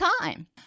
time